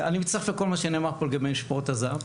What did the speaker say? אני מצטרף לכל מה שנאמר פה לגבי משמרות הזהב.